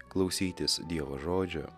klausytis dievo žodžio